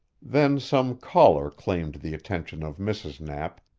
then some caller claimed the attention of mrs. knapp,